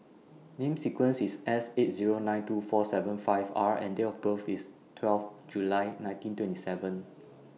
Number sequence IS S eight Zero nine two four seven five R and Date of birth IS twelve July nineteen twenty seven